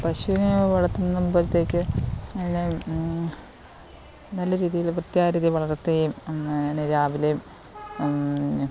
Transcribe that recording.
പശുവിനെ വളർത്തുമ്പോളത്തേക്ക് അതിനെ നല്ല രീതിയിൽ വൃത്തിയായ രീതിയിൽ വളർത്തുകയും അതിന് രാവിലെയും